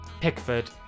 Pickford